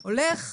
- הוא הולך,